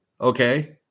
Okay